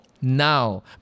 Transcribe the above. Now